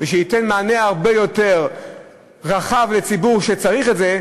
שייתן מענה הרבה יותר רחב לציבור שצריך את זה,